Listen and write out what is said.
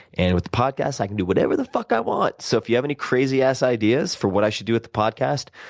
and with the podcast, i can do whatever the fuck i want. so if you have any crazy ass ideas for what i should do with the podcast,